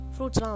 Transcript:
Fruits